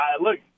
Look